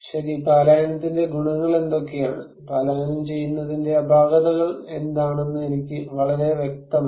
ശരി പലായനത്തിന്റെ ഗുണങ്ങൾ എന്തൊക്കെയാണ് പലായനം ചെയ്യുന്നതിന്റെ അപാകതകൾ എന്താണെന്ന് എനിക്ക് വളരെ വ്യക്തമല്ല